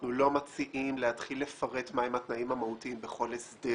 אנחנו לא מציעים להתחיל לפרט מה הם התנאים המהותיים בכל הסדר.